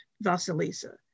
Vasilisa